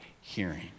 hearing